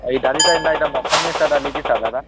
ଏ ଡାଲିଟା ନା ଏଇଟା ମଖନ୍ ମିଶା ଡାଲି କି ସାଧାଟା